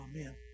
Amen